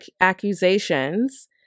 accusations